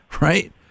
Right